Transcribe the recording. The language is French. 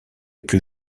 plus